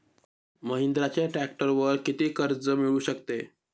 महिंद्राच्या ट्रॅक्टरवर किती कर्ज मिळू शकते?